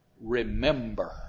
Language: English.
remember